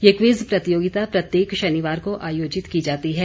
ये क्वीज प्रतियोगिता प्रत्येक शनिवार को आयोजित की जाती है